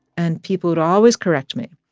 and people would always correct me.